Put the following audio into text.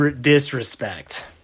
disrespect